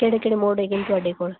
ਕਿਹੜੇ ਕਿਹੜੇ ਮੋਡ ਹੈਗੇ ਨੇ ਤੁਹਾਡੇ ਕੋਲ